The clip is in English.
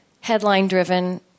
headline-driven